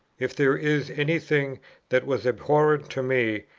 if there is any thing that was abhorrent to me,